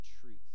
truth